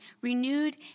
renewed